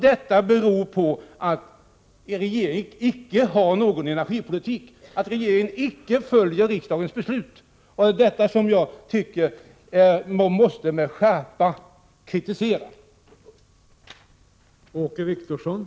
Detta beror på att regeringen icke har någon energipolitik och icke följer riksdagens beslut. Det måste man kritisera med skärpa.